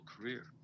career